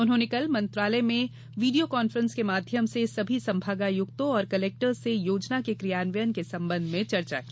उन्होंने कल मंत्रालय में वीडियो कॉफ्रेंस के माध्यम से सभी संभागायुक्तों तथा कलेक्टर्स से योजना के क्रियान्वयन के संबंध में चर्चा की